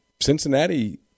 Cincinnati